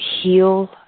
Heal